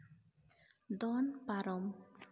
ᱫᱚᱱ ᱯᱟᱨᱚᱢ